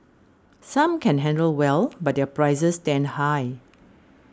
some can handle well but their prices stand high